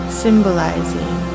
symbolizing